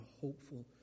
hopeful